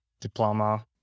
diploma